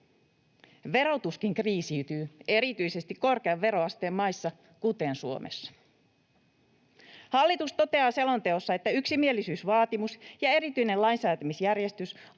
Verotuskin kriisiytyy erityisesti korkean veroasteen maissa, kuten Suomessa. Hallitus toteaa selonteossa, että yksimielisyysvaatimus ja erityinen lainsäätämisjärjestys